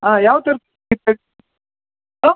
ಹಾಂ ಯಾವ ತರ್ಕ